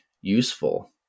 useful